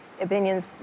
opinions